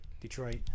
Detroit